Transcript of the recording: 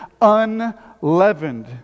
unleavened